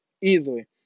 easily